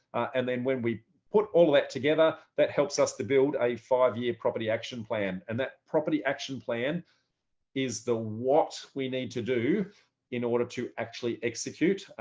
and then when we put all that together, that helps us to build a five year property action plan and that property action plan is the what we need to do in order to actually execute,